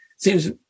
Seems